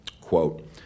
Quote